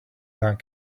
that